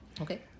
Okay